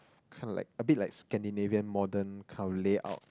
kind of like a bit like Scandinavian modern kind of layout